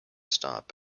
stop